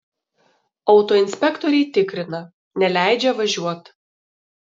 autoinspektoriai tikrina neleidžia važiuot